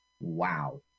Wow